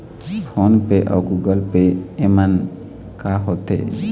Phone पे अउ Google Pay येमन का होते?